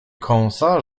kąsa